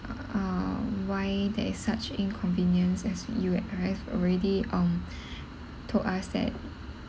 uh why there is such inconvenience as you have already um told us that